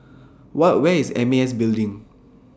whoa Where IS M A S Building